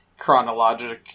chronologic